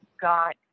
got